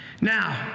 Now